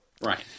Right